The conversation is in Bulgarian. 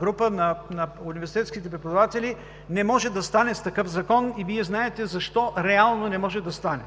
група на университетските преподаватели не може да стане с такъв закон, и Вие знаете защо реално не може да стане.